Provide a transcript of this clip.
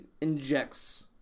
injects